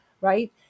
right